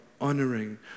honoring